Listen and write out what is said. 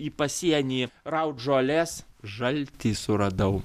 į pasienį rauti žoles žaltį suradau